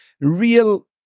real